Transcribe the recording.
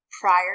prior